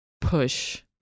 push